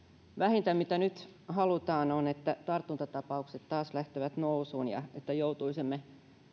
huolehdimme toistemme turvallisuudesta mitä nyt vähiten halutaan on se että tartuntatapaukset taas lähtevät nousuun ja että joutuisimme